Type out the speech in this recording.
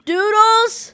Doodles